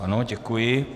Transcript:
Ano, děkuji.